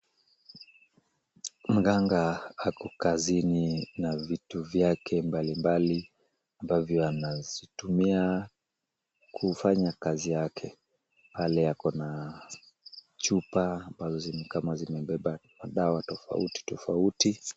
Mganga ako kazini na vitu vyake mbalimbali ambavyo anazitumia kufanya kazi yake. Pale ako na chupa ambazo ni kama zimebeba madawa tofauti tofauti.